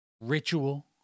ritual